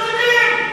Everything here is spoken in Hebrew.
שודדים,